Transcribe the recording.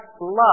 love